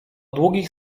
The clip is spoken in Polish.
długich